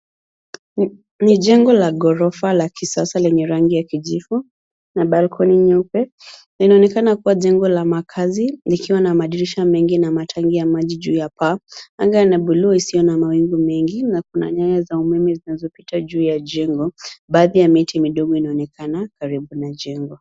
Ni jengo la ghorofa la kisasa lenye rangi ya kijivu, na balkoni nyeupe, linaonekana kuwa jengo la makazi, likiwa na madirisha mengi na matangi ya maji juu ya paa. Anga yenye buluu isiyo na mawingu mengi, na kuna nyaya za umeme zinazopita juu ya jengo, baadhi ya miti midogo inaonekana karibu na jengo.